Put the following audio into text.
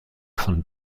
von